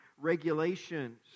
regulations